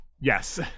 Yes